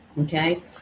Okay